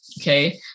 okay